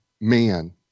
man